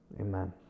Amen